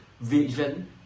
vision